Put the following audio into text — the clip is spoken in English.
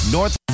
North